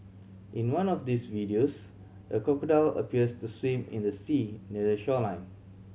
in one of these videos a crocodile appears to swim in the sea near the shoreline